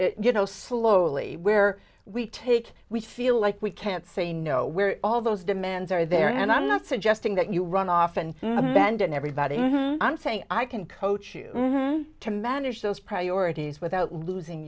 in you know slowly where we take we feel like we can't say no we're all those demands are there and i'm not suggesting that you run off and abandon everybody and say i can coach you to manage those priorities without losing